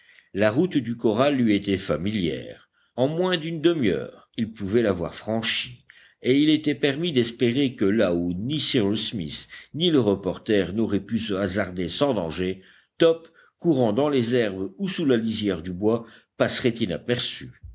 la route du corral lui était familière en moins d'une demi-heure il pouvait l'avoir franchie et il était permis d'espérer que là où ni cyrus smith ni le reporter n'auraient pu se hasarder sans danger top courant dans les herbes ou sous la lisière du bois passerait inaperçu